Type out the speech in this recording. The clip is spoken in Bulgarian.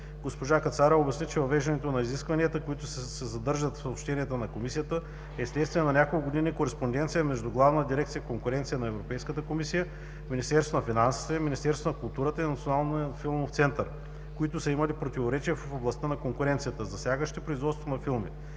Госпожа Кацарова обясни, че въвеждането на изискванията, които се съдържат в Съобщение на Комисията, е следствие на няколко години кореспонденция между главна дирекция „Конкуренция“ на Европейската комисия, Министерството на финансите, Министерството на културата и Националния филмов център, които са имали противоречия в областта на конкуренцията, засягащи производството на филми.